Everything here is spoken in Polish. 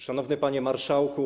Szanowny Panie Marszałku!